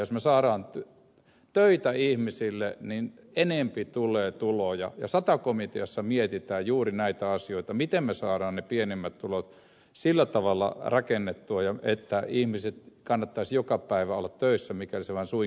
jos saadaan töitä ihmisille niin enempi tulee tuloja ja sata komiteassa mietitään juuri näitä asioita miten saadaan ne pienemmät tulot sillä tavalla rakennettua että ihmisten kannattaisi olla joka päivä töissä mikäli se vain suinkin on mahdollista